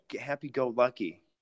happy-go-lucky